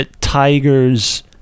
Tiger's